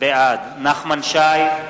בעד נחמן שי,